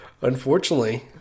Unfortunately